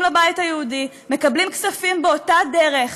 לבית היהודי מקבלות כספים באותה דרך,